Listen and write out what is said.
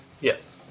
Yes